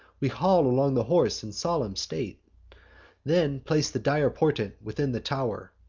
we haul along the horse in solemn state then place the dire portent within the tow'r.